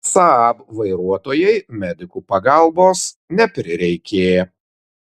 saab vairuotojai medikų pagalbos neprireikė